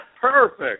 Perfect